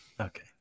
Okay